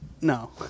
no